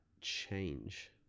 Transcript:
change